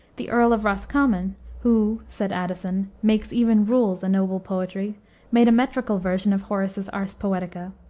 the earl of roscommon who, said addison, makes even rules a noble poetry made a metrical version of horace's ars poetica,